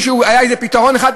היה איזה פתרון אחד?